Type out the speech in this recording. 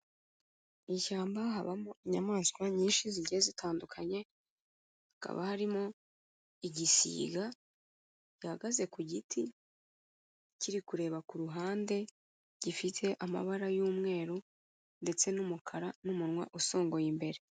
Mu ishyamba habamo inyamaswa nyinshi zigiye zitandukanye, hakaba harimo igisiga gihagaze ku giti kiri kureba ku ruhande, gifite amabara y'umweru ndetse n'umukara n'umunwa usongoye imbere.